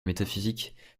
métaphysique